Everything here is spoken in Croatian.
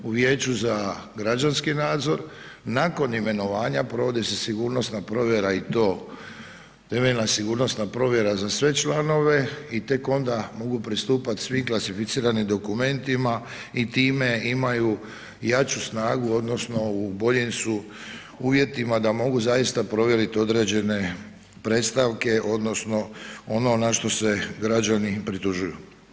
U Vijeću za građanski nadzor nakon imenovanja provodi se sigurnosna provjera i to temeljna sigurnosna provjera za sve članove i tek onda mogu pristupati svim klasificiranim dokumentima i time imaju jaču snagu odnosno u boljim su uvjetima da mogu zaista provjeriti određene predstavke odnosno ono na što se građani pritužuju.